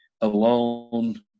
alone